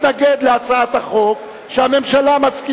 אתם רוצים שנפסיק את הדיונים כי מתנגדים לדעתכם?